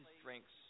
strengths